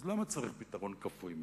אז למה צריך פתרון כפוי מארצות-הברית?